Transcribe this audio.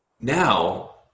now